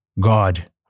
God